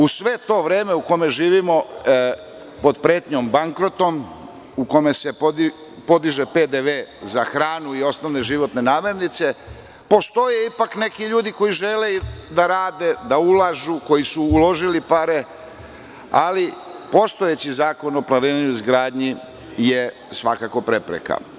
U sve to vreme u kojem živimo, pod pretnjom bankrotom, u kome se podiže PDV za hranu i osnovne životne namirnice, postoje ipak neki ljudi koji žele da rade, da ulažu, koji su uložili pare, ali postojeći Zakon o planiranju i izgradnji je svakako prepreka.